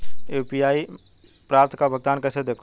मैं यू.पी.आई पर प्राप्त भुगतान को कैसे देखूं?